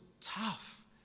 tough